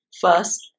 first